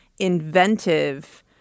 inventive